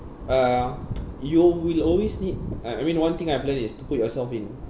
uh you will always need I I mean one thing I've learned is to put yourself in